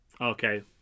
Okay